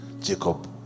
Jacob